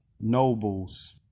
nobles